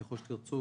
ככל שתרצו,